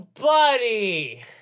Buddy